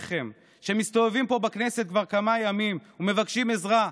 שמסתובבים פה בכנסת כבר כמה ימים ומבקשים עזרה,